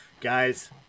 Guys